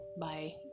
bye